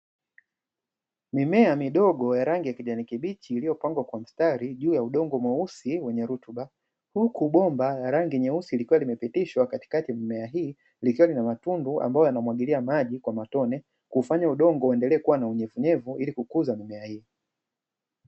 Mimea midogo ya rangi ya kijani kibichi iliyopangwa kwa mstari juu ya udongo mweusi wenye rutuba, huku bomba ya rangi nyeusi likiwa limepitishwa katikati ya mimea hii, likiwa lina matundu ambayo yanamwagilia maji kwa matone kuufanya udongo uendelee kuwa na unyevunyevu ili kukuza mimea hii.